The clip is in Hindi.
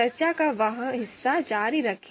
चर्चा का वह हिस्सा जारी रखें